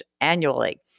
annually